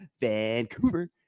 Vancouver